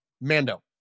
Mando